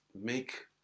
make